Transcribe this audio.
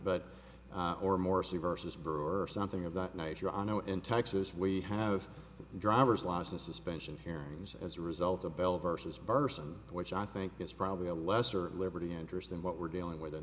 but or more see vs for something of that nature i know in texas we have driver's license suspension hearings as a result of bell versus burson which i think it's probably a lesser liberty interest than what we're dealing with